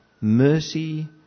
Mercy